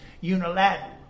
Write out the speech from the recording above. unilateral